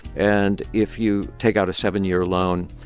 and if you take out a seven-year loan,